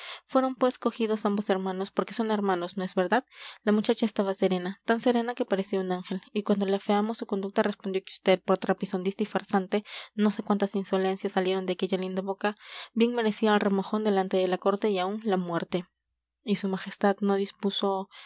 fueron pues cogidos ambos hermanos porque son hermanos no es verdad la muchacha estaba serena tan serena que parecía un ángel y cuando le afeamos su conducta respondió que vd por trapisondista y farsante no sé cuántas insolencias salieron de aquella linda boca bien merecía el remojón delante de la corte y aun la muerte y su majestad no dispuso